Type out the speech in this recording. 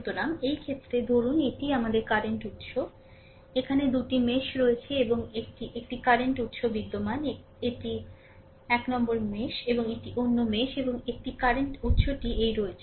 সুতরাং এই ক্ষেত্রে ধরুন এটিই আমাদের কারেন্ট উত্স এখানে দুটি মেশ রয়েছে এবং 1 টি একটি কারেন্ট উত্স বিদ্যমান এটি 1 মেশ এবং এটি অন্য মেশ এবং 1 কারেন্ট উত্সটি এই রয়েছে